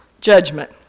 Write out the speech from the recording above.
judgment